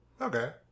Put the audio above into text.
Okay